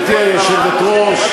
גברתי היושבת-ראש,